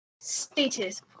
Status